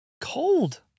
cold